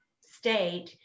state